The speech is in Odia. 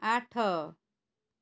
ଆଠ